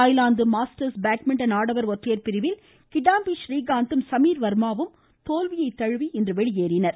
Thailand masters badminton ஆடவர் ஒற்றையர் பிரிவில் கிடாம்பி றீகாந்த்தும் சமீர் வர்மாவும் தோல்வியை தழுவி இன்று வெளியேறினர்